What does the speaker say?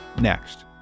next